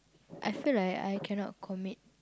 I feel like I cannot commit